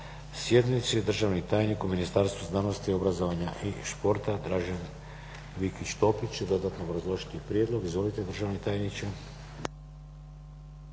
sjednici. Državni tajnik u Ministarstvu znanosti, obrazovanja i športa, Dražen Vikić Topić će dodatno obrazložiti prijedlog. Izvolite, državni tajniče.